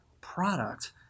product